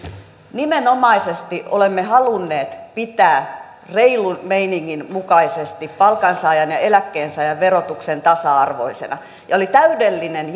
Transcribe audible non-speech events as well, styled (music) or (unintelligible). nimenomaisesti olemme halunneet pitää reilun meiningin mukaisesti palkansaajan ja eläkkeensaajan verotuksen tasa arvoisena ja oli täydellinen (unintelligible)